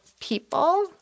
people